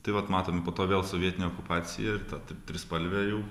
tai vat matom po to vėl sovietinė okupacija ir ta t trispalvė jau